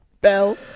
Bell